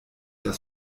das